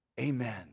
amen